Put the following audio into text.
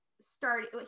started